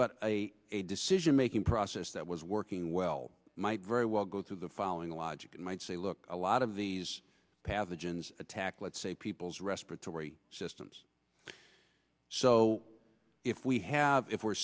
but a decision making process that was working well might very well go through the following logic might say look a lot of these pathogens attack let's say people's respiratory systems so if we have if we're